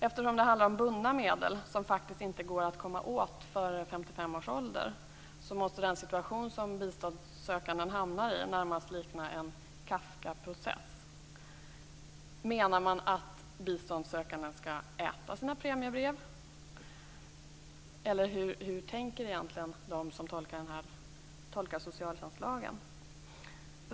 Eftersom det handlar om bundna medel, som faktiskt inte går att komma åt före 55 års ålder, måste den situation som biståndssökanden hamnar i närmast likna en Kafkaprocess. Menar man att biståndssökanden skall äta sina premiebrev, eller hur tänker egentligen de som tolkar socialtjänstlagen?